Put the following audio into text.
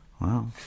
Wow